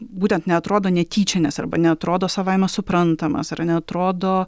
būtent neatrodo netyčinis arba neatrodo savaime suprantamas ar neatrodo